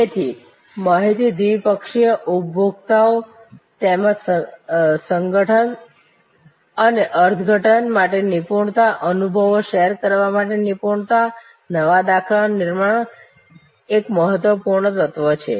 તેથી માહિતી દ્વિપક્ષીય ઉપભોક્તા તેમજ સંગઠન અને અર્થઘટન માટે નિપુણતા અનુભવો શેર કરવા માટે નિપુણતા નવા દાખલાનું નિર્માણ એક મહત્વપૂર્ણ તત્વ છે